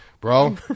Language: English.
Bro